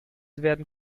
werden